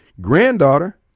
granddaughter